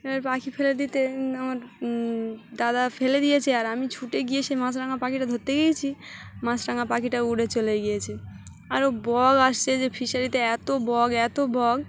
এবার পাখি ফেলে দিতে আমার দাদা ফেলে দিয়েছে আর আমি ছুটে গিয়ে সেই মাছরাঙা পাখিটা ধরতে গিয়েছি মাছরাঙা পাখিটা উড়ে চলে গিয়েছে আরও বক আসছে যে ফিশারিতে এত বক এত বক